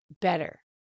better